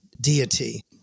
deity